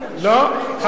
חבר הכנסת בר-און,